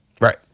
Right